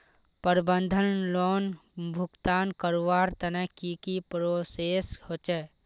प्रबंधन लोन भुगतान करवार तने की की प्रोसेस होचे?